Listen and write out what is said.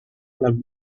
laguna